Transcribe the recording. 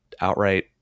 outright